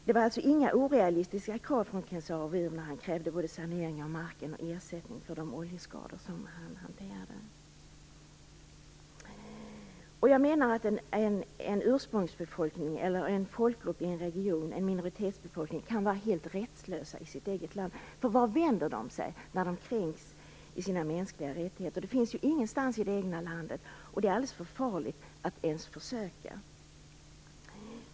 Det var alltså inga orealistiska krav som Ken Saro-Wiwa ställde, när han krävde både sanering av marken och ersättning för oljeskadorna. En ursprungsbefolkning, en minoritetsbefolkning kan vara helt rättslös i sitt eget land. Vart skall de vända sig när deras mänskliga rättigheter kränks? Det finns ingenstans i det egna landet att vända sig. Det är alldeles för farligt att ens försöka.